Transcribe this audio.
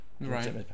right